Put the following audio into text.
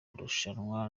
marushanwa